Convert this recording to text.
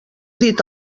dit